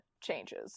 changes